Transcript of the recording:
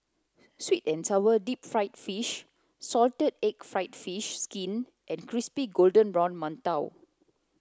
sweet and sour deep fried fish salted egg fried fish skin and crispy golden brown Mantou